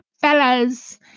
fellas